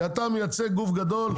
כי אתה מייצג גוף גדול,